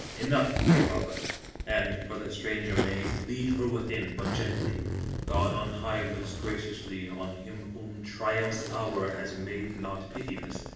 enough hereof and, for the stranger maid, lead her within, but gently god on high looks graciously on him whom triumph's hour has made not pitiless.